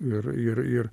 ir ir ir